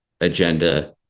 agenda